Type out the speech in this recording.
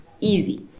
easy